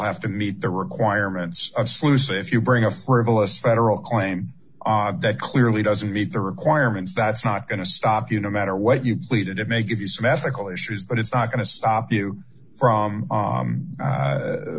have to meet the requirements of sluice a if you bring a frivolous federal claim odd that clearly doesn't meet the requirements that's not going to stop you no matter what you pleaded it may give you some ethical issues but it's not going to stop you from